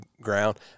ground